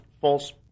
false